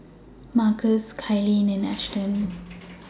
Markus Kylene and Ashton